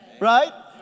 Right